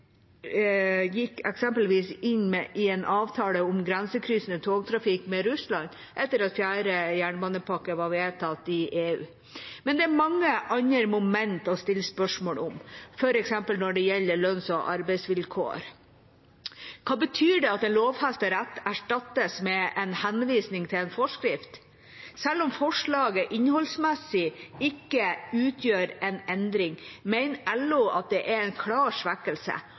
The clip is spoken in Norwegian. eksempelvis inn i en avtale om grensekryssende togtrafikk med Russland etter at fjerde jernbanepakke var vedtatt i EU. Men det er mange andre momenter å stille spørsmål om, f.eks. når det gjelder lønns- og arbeidsvilkår. Hva betyr det at en lovfestet rett erstattes med en henvisning til en forskrift? Selv om forslaget innholdsmessig ikke utgjør en endring, mener LO at det er en klar svekkelse,